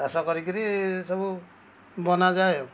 ଚାଷ କରିକି ସବୁ ବନାଯାଏ ଆଉ